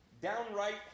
downright